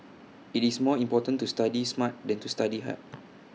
IT is more important to study smart than to study hard